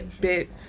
bit